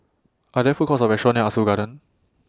Are There Food Courts Or restaurants near Ah Soo Garden